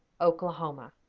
Oklahoma